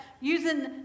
using